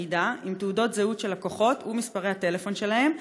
מידע עם תעודות זהות של לקוחות ומספרי הטלפון שלהם,